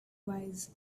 wise